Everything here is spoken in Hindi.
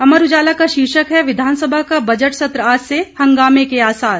अमर उजाला का शीर्षक है विधानसभा का बजट सत्र आज से हंगामे के आसार